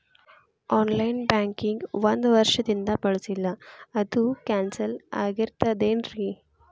On line banking ಒಂದ್ ವರ್ಷದಿಂದ ಬಳಸಿಲ್ಲ ಅದು ಕ್ಯಾನ್ಸಲ್ ಆಗಿರ್ತದೇನ್ರಿ?